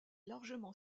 largement